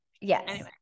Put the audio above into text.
yes